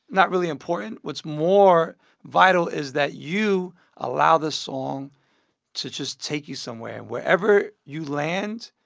not really important. what's more vital is that you allow the song to just take you somewhere. and wherever you land,